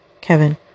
Kevin